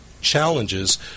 challenges